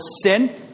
sin